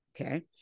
Okay